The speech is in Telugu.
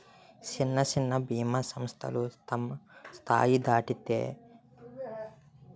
సిన్న సిన్న బీమా సంస్థలు తమ స్థాయి దాటితే అయి పెద్ద సమస్థలతో కలిసి పనిసేత్తాయి